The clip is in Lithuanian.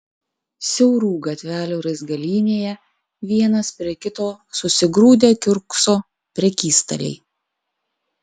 siaurų gatvelių raizgalynėje vienas prie kito susigrūdę kiurkso prekystaliai